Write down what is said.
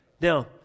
now